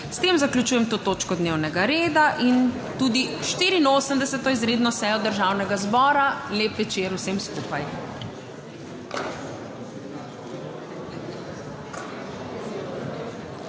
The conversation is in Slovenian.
S tem zaključujem to točko dnevnega reda in tudi 84. izredno sejo Državnega zbora. Lep večer vsem skupaj!